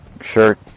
shirt